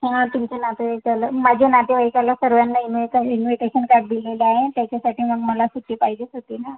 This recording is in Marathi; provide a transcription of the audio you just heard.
हा तुमचे नातेवाईकाला माझे नातेवाईकाला सर्वांला इन्व्हाईट इन्व्हिटेशन कार्ड दिलेलं आहे त्याच्यासाठी मग मला सुट्टी पाहिजेच होती ना